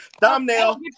Thumbnail